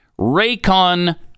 Raycon